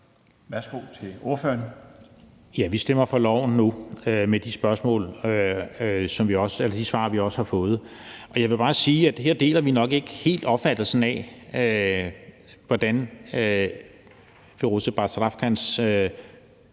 Christian Friis Bach (RV): Ja, vi stemmer for loven nu med de svar, vi også har fået. Jeg vil bare sige, at her deler vi nok ikke helt opfattelsen af, hvordan Firoozeh Bazrafkans